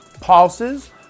pulses